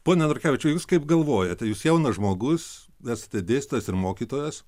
pone norkevičiau jūs kaip galvojate jūs jaunas žmogus esate dėstytojas ir mokytojas